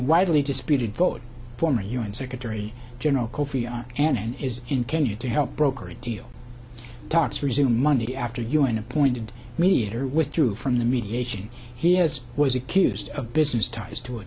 widely disputed vote former u n secretary general kofi annan is in kenya to help broker a deal talks resume monday after u n appointed meador withdrew from the mediation he has was accused of business ties to it